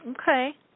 Okay